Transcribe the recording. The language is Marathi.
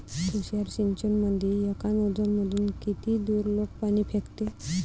तुषार सिंचनमंदी एका नोजल मधून किती दुरलोक पाणी फेकते?